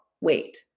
wait